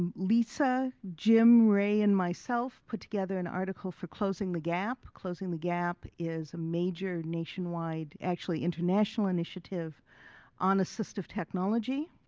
lisa, jim, ray and myself put together an article for closing the gap. closing the gap is a major nationwide, actually international initiative on assistive technology,